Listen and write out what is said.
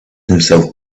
himself